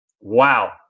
Wow